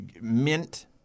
mint